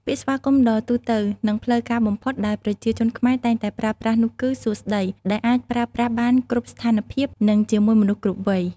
ពាក្យស្វាគមន៍ដ៏ទូទៅនិងផ្លូវការបំផុតដែលប្រជាជនខ្មែរតែងតែប្រើប្រាស់នោះគឺ “សួស្ដី” ដែលអាចប្រើប្រាស់បានគ្រប់ស្ថានភាពនិងជាមួយមនុស្សគ្រប់វ័យ។